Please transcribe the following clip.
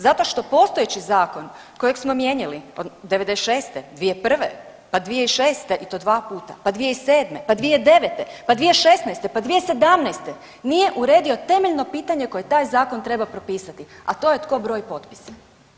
Zato što postojeći zakon kojeg smo mijenjali od '96., 2001., pa 2006. i to dva puta, pa 2007., pa 2009., pa 2016., pa 2017., nije uredio temeljno pitanje koje taj zakon treba propisati, a to je tko broji potpise.